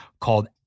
called